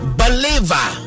believer